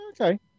Okay